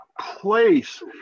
place